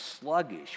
sluggish